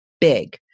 big